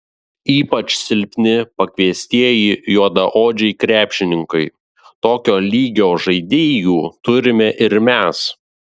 ypač silpni pakviestieji juodaodžiai krepšininkai tokio lygio žaidėjų turime ir mes